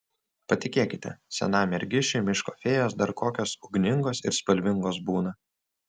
patikėkite senam mergišiui miško fėjos dar kokios ugningos ir spalvingos būna